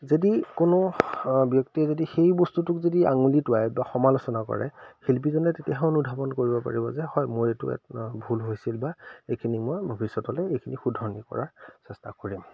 যদি কোনো ব্যক্তিয়ে যদি সেই বস্তুটোক যদি আঙুলি টোৱাই বা সমালোচনা কৰে শিল্পীজনে তেতিয়াহে অনুধাৱন কৰিব পাৰিব যে হয় মোৰ এইটো এক ভুল হৈছিল বা এইখিনি মই ভৱিষ্যতলৈ এইখিনি শুধৰণি কৰাৰ চেষ্টা কৰিম